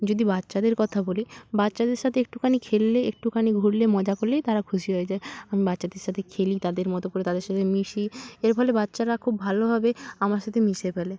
যদি বাচ্চাদের কথা বলি বাচ্চাদের সাথে একটুখানি খেললে একটুখানি ঘুরলে মজা করলেই তারা খুশি হয়ে যায় আমি বাচ্চাদের সাথে খেলি তাদের মতো করে তাদের সাতে মিশি এর ফলে বাচ্চারা খুব ভালোভাবে আমার সাথে মিশে ফেলে